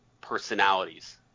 personalities